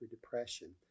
depression